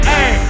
Hey